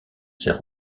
sert